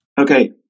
Okay